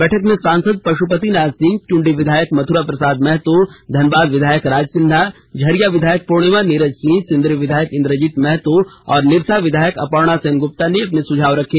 बैठक में सांसद पश्पतिनाथ सिंह ट्रंडी विधायक मथुरा प्रसाद महतो धनबाद विधायक राज सिन्हा झरिया विधायक पूर्णिमा नीरज सिंह सिंदरी विधायक इंद्रजीत महतो और निरसा विधायक अपर्णा सेनगुप्ता ने अपने सुझाव रखे